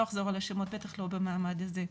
אחזור על השמות ובטח שלא במעמד הזה.